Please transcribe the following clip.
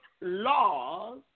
laws